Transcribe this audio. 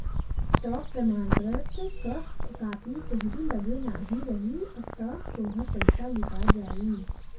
stock प्रमाणपत्र कअ copy तोहरी लगे नाही रही तअ तोहार पईसा लुटा जाई